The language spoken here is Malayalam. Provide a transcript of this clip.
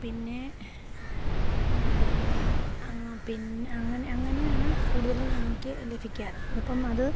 പിന്നെ പി അങ്ങനെ അങ്ങനെയാണ് കൂടുതല് ഞങ്ങള്ക്ക് ലഭിക്കാറ് അപ്പോള് അത്